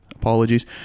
Apologies